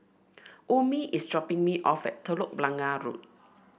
Omie is dropping me off at Telok Blangah Road